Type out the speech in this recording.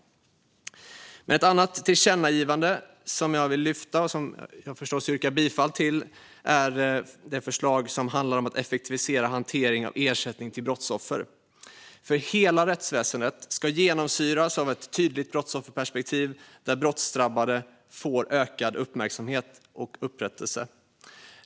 Ett annat förslag till tillkännagivande som jag vill lyfta upp, och som jag förstås yrkar bifall till, handlar om att effektivisera hanteringen av ersättning till brottsoffer. Hela rättsväsendet ska genomsyras av ett tydligt brottsofferperspektiv med vilket brottsdrabbade får ökad uppmärksamhet och upprättelse.